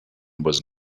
was